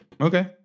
Okay